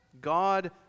God